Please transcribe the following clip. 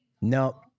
No